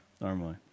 Normally